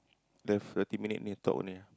left thirty minute need to talk only ah